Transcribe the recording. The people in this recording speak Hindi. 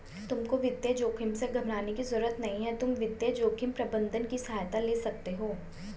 तुमको वित्तीय जोखिम से घबराने की जरूरत नहीं है, तुम वित्तीय जोखिम प्रबंधन की सहायता ले सकते हो